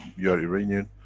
you're iranian,